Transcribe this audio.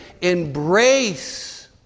embrace